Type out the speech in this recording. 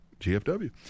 GFW